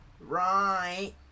right